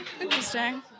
Interesting